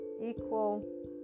equal